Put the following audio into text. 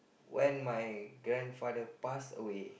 when my grandfather pass away